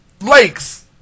Lakes